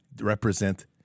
represent